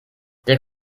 der